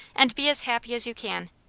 and be as happy as you can.